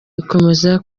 ikomeza